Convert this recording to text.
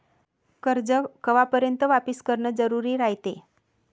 कर्ज कवापर्यंत वापिस करन जरुरी रायते?